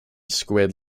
squid